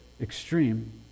extreme